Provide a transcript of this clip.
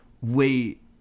wait